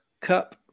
cup